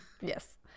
Yes